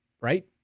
right